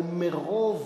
אבל מרוב